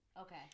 Okay